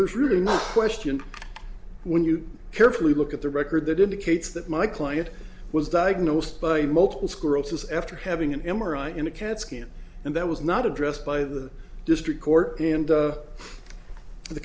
there's really no question when you carefully look at the record that indicates that my client was diagnosed by multiple sclerosis after having an m r i in a cat scan and that was not addressed by the district court and